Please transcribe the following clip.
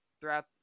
throughout